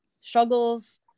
struggles